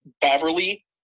Beverly